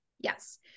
Yes